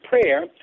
prayer